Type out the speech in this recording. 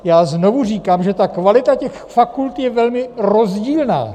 Já znovu říkám, že kvalita těch fakult je velmi rozdílná.